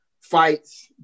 fights